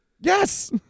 Yes